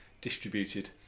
distributed